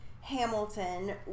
Hamilton